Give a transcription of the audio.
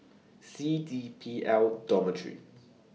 C D P L Dormitory